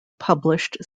published